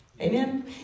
Amen